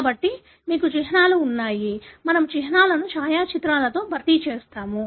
కాబట్టి మీకు చిహ్నాలు ఉన్నాయి మేము చిహ్నాలను ఛాయాచిత్రాలతో భర్తీ చేసాము